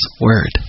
word